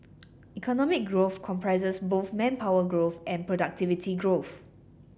economic growth comprises both manpower growth and productivity growth